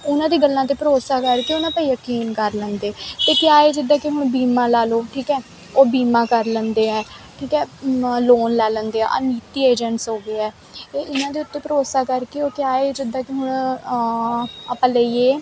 ਉਹਨਾਂ ਦੀਆਂ ਗੱਲਾਂ 'ਤੇ ਭਰੋਸਾ ਕਰਕੇ ਉਹਨਾਂ 'ਤੇ ਯਕੀਨ ਕਰ ਲੈਂਦੇ ਇਹ ਕਿਆ ਏ ਜਿੱਦਾਂ ਕਿ ਹੁਣ ਬੀਮਾ ਲਾ ਲਓ ਠੀਕ ਹੈ ਉਹ ਬੀਮਾ ਕਰ ਲੈਂਦੇ ਆ ਠੀਕ ਹੈ ਨਾਲ ਲੋਨ ਲੈ ਲੈਂਦੇ ਆ ਨੀਤੀ ਏਜੰਟਸ ਹੋਗੇ ਆ ਅਤੇ ਇਹਨਾਂ ਦੇ ਉੱਤੇ ਭਰੋਸਾ ਕਰਕੇ ਉਹ ਕਿਆ ਏ ਜਿੱਦਾਂ ਕੀ ਹੁਣ ਆਪਾਂ ਲਈਏ